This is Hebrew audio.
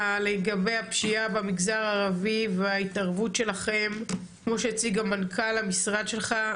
לגבי הפשיעה במגזר הערבי וההתערבות שלכם כמו שהציג מנכ"ל המשרד שלך,